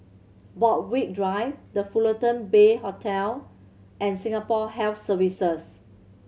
Borthwick Drive The Fullerton Bay Hotel and Singapore Health Services